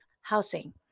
housing